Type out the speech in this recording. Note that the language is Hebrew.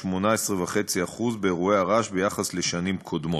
18.5% באירועי הרעש בהשוואה לשנים קודמות.